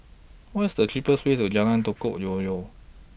What IS The cheapest Way to Jalan Gotong Royong